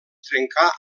trencà